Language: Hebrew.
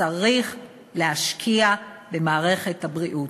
צריך להשקיע במערכת הבריאות.